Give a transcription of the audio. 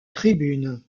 tribune